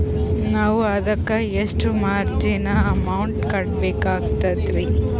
ನಾವು ಅದಕ್ಕ ಎಷ್ಟ ಮಾರ್ಜಿನ ಅಮೌಂಟ್ ಕಟ್ಟಬಕಾಗ್ತದ್ರಿ?